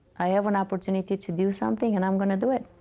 i have an opportunity to do something and i'm going to do it.